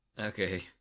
Okay